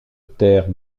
terre